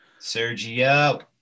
Sergio